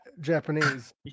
Japanese